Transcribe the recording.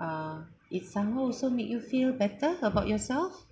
uh it somehow also make you feel better about yourself